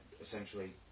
essentially